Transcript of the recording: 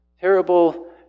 terrible